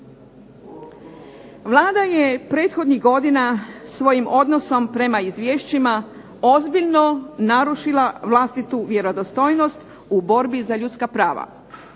Vlada je prethodnih godina svojim odnosom prema izvješćima ozbiljno narušila vlastitu vjerodostojnost u borbi za ljudska prava.